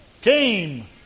came